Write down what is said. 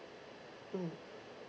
mm